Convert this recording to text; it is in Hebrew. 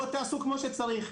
בואו תעשו כמו שצריך,